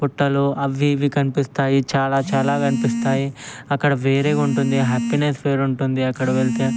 పుట్టలు అవి ఇవి కనిపిస్తాయి చాలా చాలా కనిపిస్తాయి అక్కడ వేరేగా ఉంటుంది హ్యాపీనెస్ వేరుంటుంది అక్కడ వెళ్తే